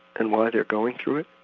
and why they're going through it.